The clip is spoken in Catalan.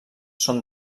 són